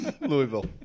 Louisville